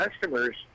customers